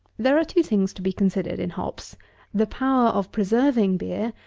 there are two things to be considered in hops the power of preserving beer,